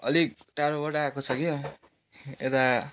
अलिक टाढोबाट आएको छ कि यता